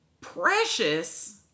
Precious